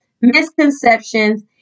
misconceptions